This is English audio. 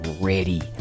ready